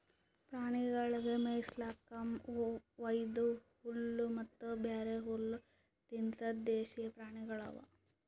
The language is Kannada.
ಪ್ರಾಣಿಗೊಳಿಗ್ ಮೇಯಿಸ್ಲುಕ್ ವೈದು ಹುಲ್ಲ ಮತ್ತ ಬ್ಯಾರೆ ಹುಲ್ಲ ತಿನುಸದ್ ದೇಶೀಯ ಪ್ರಾಣಿಗೊಳ್ ಅವಾ